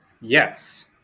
Yes